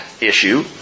issue